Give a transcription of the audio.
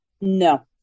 No